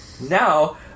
Now